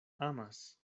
amas